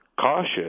cautious